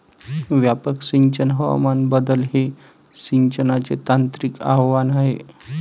व्यापक सिंचन हवामान बदल हे सिंचनाचे तांत्रिक आव्हान आहे